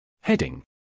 Heading